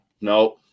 No